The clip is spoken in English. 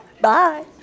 Bye